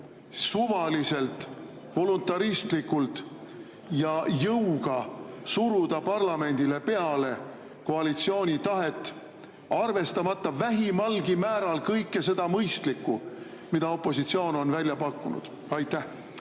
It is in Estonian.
suvaliselt, voluntaristlikult ja jõuga teete, suruda parlamendile peale koalitsiooni tahet, arvestamata vähimalgi määral kõike seda mõistlikku, mida opositsioon on välja pakkunud. Aitäh!